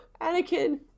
Anakin